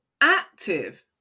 active